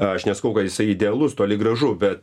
aš nesakau kad jisai idealus toli gražu bet